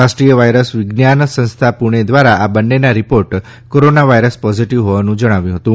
રાષ્ટ્રીય વાયરસ વિજ્ઞાન સંસ્થા પુણે દ્વારા આ બંનેના રીપોર્ટ કોરોના વાયરસ પોઝીટીવ હોવાનું જણાવ્યું હતું